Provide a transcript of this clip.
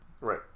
Right